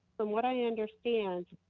from what i understand,